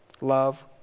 Love